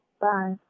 Bye